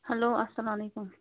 hello اَسَلام علیکُم